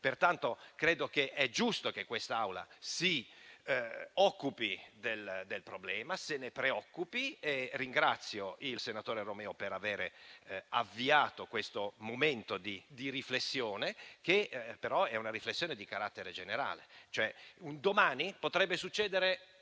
Pertanto credo che sia giusto che quest'Assemblea si occupi e si preoccupi del problema. Ringrazio il senatore Romeo per aver avviato questo momento di riflessione, che però è una riflessione di carattere generale.